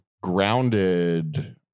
grounded